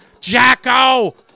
Jacko